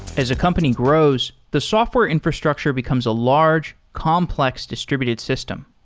as a company grows, the software infrastructure becomes a large complex distributed system.